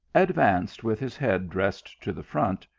advanced with his head dressed to the front,